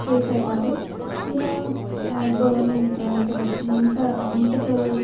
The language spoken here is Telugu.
చేసేవారు ఇలా బర్నింగ్ అంటే మంట మంటతో